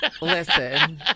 Listen